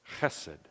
chesed